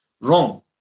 wrong